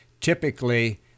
Typically